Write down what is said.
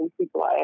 people